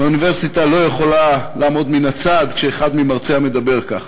האוניברסיטה לא יכולה לעמוד מן הצד כשאחד ממרציה מדבר ככה.